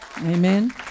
Amen